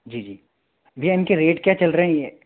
जी जी भईया इनके रेट क्या चल रहे हैं ये